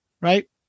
right